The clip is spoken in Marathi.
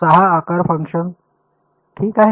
6 आकार फंक्शन ठीक आहे